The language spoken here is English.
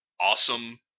awesome